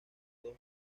dos